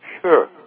Sure